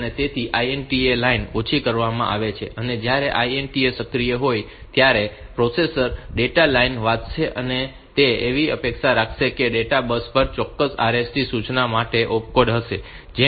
તેથી INTA line ઓછી કરવામાં આવે છે અને જ્યારે INT સક્રિય હોય ત્યારે પ્રોસેસર ડેટા લાઇન વાંચશે અને તે એવી અપેક્ષા રાખશે કે ડેટા બસ પર ચોક્કસ RST સૂચના માટે ઓપકોડ હશે